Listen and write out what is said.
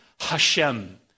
Hashem